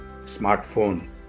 smartphone